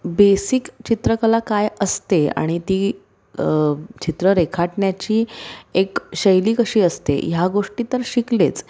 basic चित्रकला काय असते आणि ती चित्र रेखाटण्याची एक शैली कशी असते ह्या गोष्टी तर शिकलेच